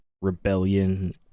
rebellion